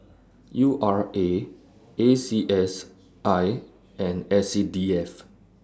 U R A A C S I and S C D F